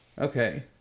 Okay